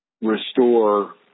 restore